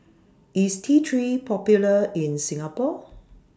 IS T three Popular in Singapore